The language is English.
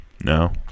No